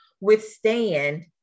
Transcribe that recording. withstand